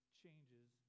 changes